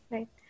Right